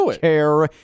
Care